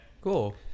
cool